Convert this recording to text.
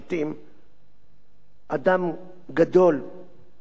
אדם גדול, אגב הוא הופיע בפני הוועדה